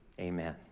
amen